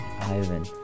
Ivan